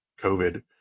COVID